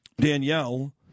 Danielle